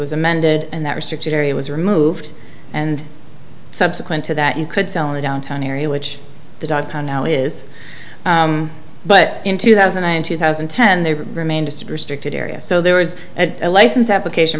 was amended and that restricted area was removed and subsequent to that you could sell in the downtown area which the dr now is but in two thousand and two thousand and ten they remain just restricted areas so there is a license application